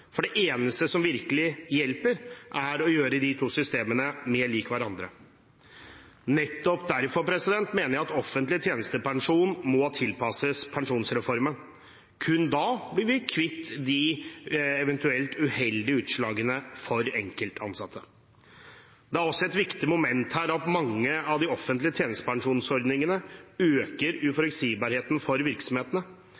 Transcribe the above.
for det eneste som virkelig hjelper, er å gjøre de to systemene mer lik hverandre. Nettopp derfor mener jeg at offentlig tjenestepensjon må tilpasses pensjonsreformen. Kun da blir vi kvitt de eventuelle uheldige utslagene for enkelte ansatte. Det er også et viktig moment her at mange av de offentlige tjenestepensjonsordningene øker